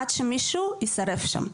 עד שמישהו יישרף שם,